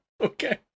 okay